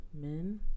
men